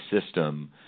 system